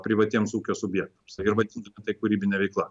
privatiems ūkio subjektams ir vadint tai kūrybine veikla